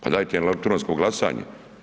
Pa dajte elektronsko glasanje.